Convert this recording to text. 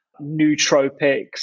nootropics